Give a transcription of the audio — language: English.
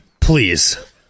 please